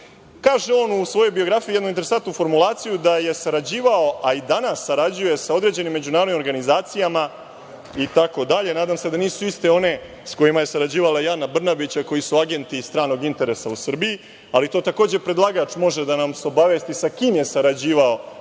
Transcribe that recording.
SNS.Kaže on u svojoj biografiji jednu interesantnu formulaciju, da je sarađivao, a i danas sarađuje sa određenim međunarodnim organizacijama itd. Nadam se da nisu iste one s kojima je sarađivala i Ana Brnabić, a koje su agenti stranog interesa u Srbiji, ali takođe predlagač može da nas obavesti sa kim je sarađivao